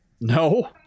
No